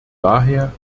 daher